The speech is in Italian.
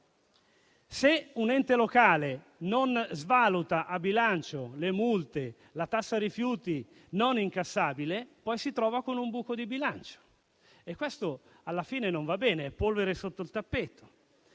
se un ente locale non svaluta a bilancio le multe o la tassa sui rifiuti non incassabile, poi si trova con un buco di bilancio e questo alla fine non va bene, è polvere sotto il tappeto.